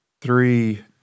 Three